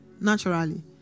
Naturally